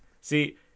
See